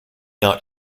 not